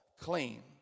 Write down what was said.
clean